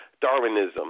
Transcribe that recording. Darwinism